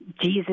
Jesus